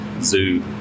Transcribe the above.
zoo